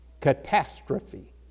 catastrophe